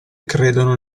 credono